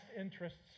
interests